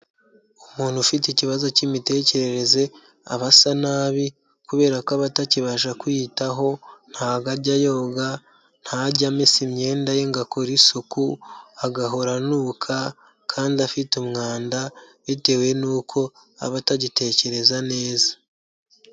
Umuntu ufite ikibazo k'imitekerereze, abasa nabi kubera ko aba atakibasha kwiyitaho, ntabwo ayjya yoga, ntajya amesa imyenda ye ngo akora isuku, agahora anuka kandi afite umwanda, bitewe n'uko aba atagitekereza neza.